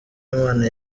imana